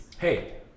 Hey